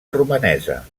romanesa